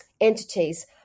entities